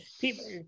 people